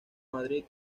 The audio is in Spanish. madrid